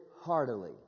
heartily